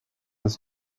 with